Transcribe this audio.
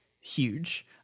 huge